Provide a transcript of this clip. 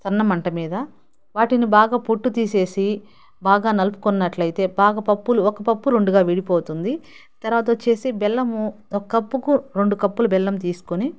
సన్న మంట మీద వాటిని బాగా పొట్టు తీసేసి బాగా నలుపుకున్నట్లయితే బాగా పప్పులు ఒక పప్పు రెండుగా విడిపోతుంది తర్వాత వచ్చేసి బెల్లం ఒక కప్పుకి రెండు కప్పులు బెల్లం తీసుకొని